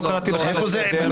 לא קראתי לך לסדר.